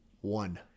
One